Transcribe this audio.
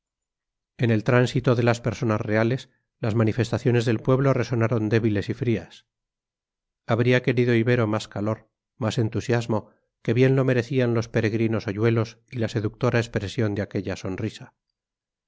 en el tránsito de las personas reales las manifestaciones del pueblo resonaron débiles y frías habría querido ibero más calor más entusiasmo que bien lo merecían los peregrinos hoyuelos y la seductora expresión de aquella sonrisa